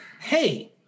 Hey